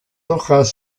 hojas